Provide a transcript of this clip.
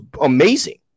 amazing